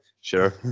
sure